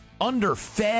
underfed